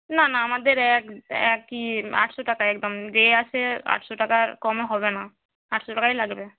না না আমাদের এক একই আটশো টাকা একদম যে আসে আটশো টাকার কমে হবে না আটশো টাকাই লাগবে